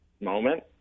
moment